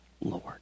Lord